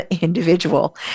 individual